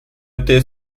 été